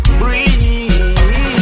breathe